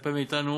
מצפה מאתנו